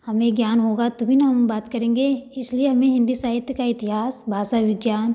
हमें ज्ञान होगा तभी ना हम बात करेंगे इसलिए हमें हिंदी साहित्य का इतिहास भाषा विज्ञान